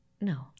No